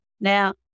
Now